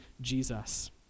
Jesus